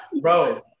bro